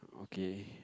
okay